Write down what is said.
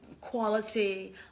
quality